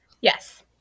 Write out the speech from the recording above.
Yes